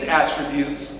attributes